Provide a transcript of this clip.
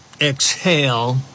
exhale